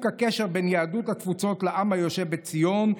הקשר בין יהדות התפוצות לעם היושב בציון,